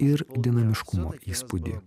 ir dinamiškumo įspūdį